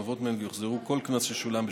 הנובעות מהן ויוחזר כל קנס ששולם בשלן.